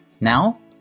Now